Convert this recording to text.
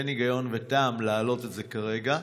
אין היגיון וטעם להעלות את זה כרגע.